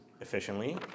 efficiently